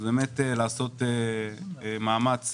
אז לעשות מאמץ,